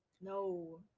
No